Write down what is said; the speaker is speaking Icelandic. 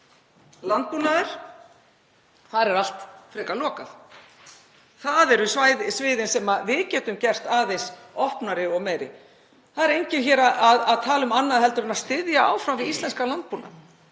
landbúnaður — þar er allt frekar lokað. Það eru sviðin sem við getum gert aðeins opnari og meiri. Það er enginn að tala um annað en að styðja áfram við íslenskan landbúnað